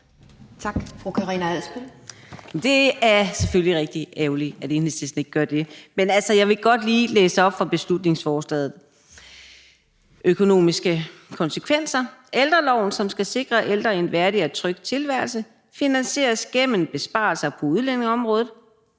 (DF): Det er selvfølgelig rigtig ærgerligt, at Enhedslisten ikke gør det. Men jeg vil godt lige læse op fra beslutningsforslaget om de økonomiske konsekvenser: »Ældreloven, som skal sikre ældre en værdig og tryg tilværelse, finansieres gennem besparelser på udlændingeområdet,